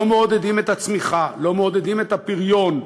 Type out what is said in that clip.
לא מעודדים את הצמיחה, לא מעודדים את הפריון.